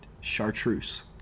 Chartreuse